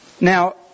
Now